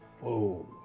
Whoa